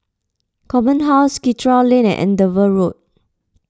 Command House Karikal Lane and Andover Road